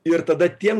ir tada tiem